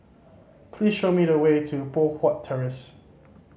please show me the way to Poh Huat Terrace